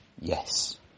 Yes